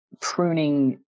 pruning